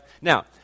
Now